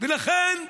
לכן,